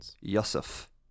Yusuf